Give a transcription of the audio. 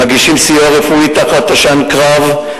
מגישים סיוע רפואי תחת עשן קרב,